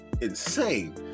insane